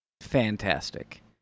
fantastic